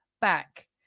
back